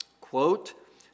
Quote